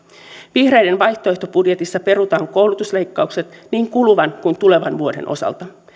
vihreiden vaihtoehtobudjetissa perutaan koulutusleikkaukset niin kuluvan kuin tulevan vuoden osalta